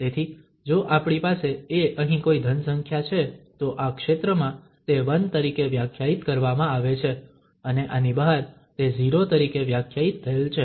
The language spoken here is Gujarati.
તેથી જો આપણી પાસે a અહીં કોઈ ધન સંખ્યા છે તો આ ક્ષેત્રમાં તે 1 તરીકે વ્યાખ્યાયિત કરવામાં આવે છે અને આની બહાર તે 0 તરીકે વ્યાખ્યાયિત થયેલ છે